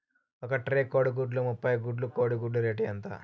ఒక ట్రే కోడిగుడ్లు ముప్పై గుడ్లు కోడి గుడ్ల రేటు ఎంత?